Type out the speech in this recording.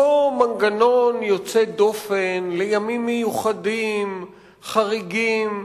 אותו מנגנון יוצא דופן לימים מיוחדים, חריגים,